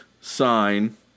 sign